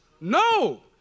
No